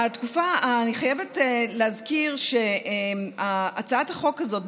אני חייבת להזכיר שהצעת החוק הזאת,